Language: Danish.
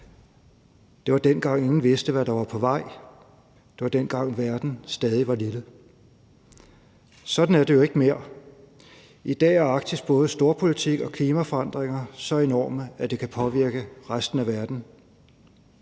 Det var, dengang ingen vidste, hvad der var på vej; det var, dengang verden stadig var lille. Sådan er det jo ikke mere. I dag er Arktis både storpolitik og klimaforandringer så enorme, at det kan påvirke resten af verden.